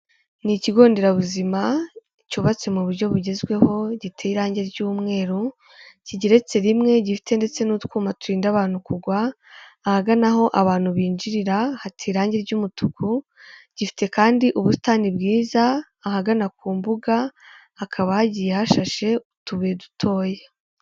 Ni ikigonderabuzima cyubatse mu buryo bugezweho, giteye irangi ry'umweru, kigeretse rimwe, gifite ndetse n'utwuma turinda abantu kugwa. Ahagana aho abantu binjirira hateye irangi ry'umutuku. Gifite kandi ubusitani bwiza. Ahagana ku mbuga hakaba hagiye hashashe utubuye dutoya.